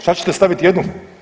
Šta ćete staviti jednu.